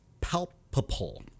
palpable